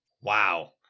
Wow